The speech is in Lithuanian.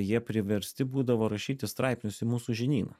jie priversti būdavo rašyti straipsnius į mūsų žinyną